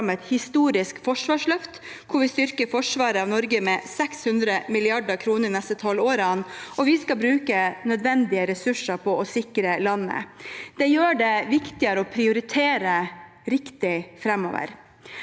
et historisk forsvarsløft, hvor vi styrker forsvaret av Norge med 600 mrd. kr de neste tolv årene. Vi skal bruke nødvendige ressurser for å sikre landet. Det gjør det viktigere å prioritere riktig framover.